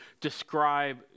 describe